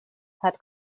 had